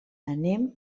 anem